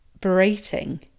berating